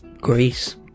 Greece